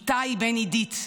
איתי בן עידית,